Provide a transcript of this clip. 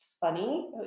funny